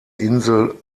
insel